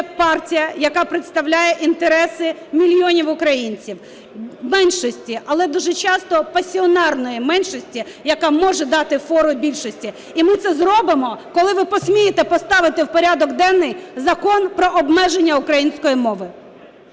партія, яка представляє інтереси мільйонів українців. Меншості, але дуже часто пасіонарної меншості, яка може фору більшості. І ми це зробимо, коли ви посмієте поставити в порядок денний закон про обмеження української мови.